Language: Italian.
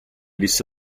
disse